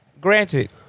granted